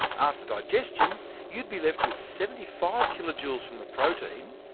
after digestion you'd be left with seventy five kilojoules from the protein,